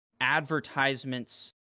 advertisements